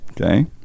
okay